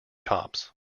cops